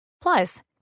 Plus